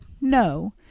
no